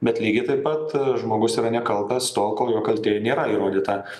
bet lygiai taip pat žmogus yra nekaltas tol kol jo kaltė nėra įrodyta